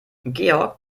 georg